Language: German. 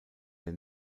der